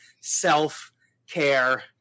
self-care